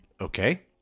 Okay